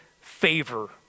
favor